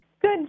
Good